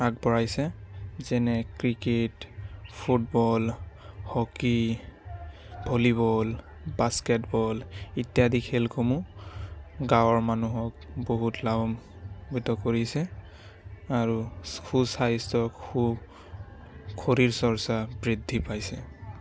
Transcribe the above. আগবঢ়াইছে যেনে cricket football hockey volleyball basketball ইত্যাদি খেলসমূহ গাঁৱৰ মানুহক বহুত লাভান্বিত কৰিছে আৰু সুস্বাস্থ্য সু শৰীৰচৰ্চা বৃদ্ধি পাইছে